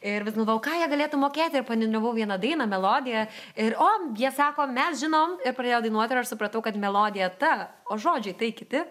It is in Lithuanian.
ir vis galvojau ką jie galėtų mokėti ir paniūniavau vieną dainą melodiją ir o jie sako mes žinom ir pradėjo dainuoti ir aš supratau kad melodija ta o žodžiai tai kiti